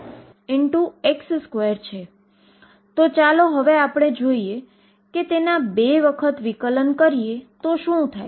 તો આ છે બાઉન્ડ્રી કન્ડીશન ચાલો જોઈએ કે ખોટું સમાધાન શું છે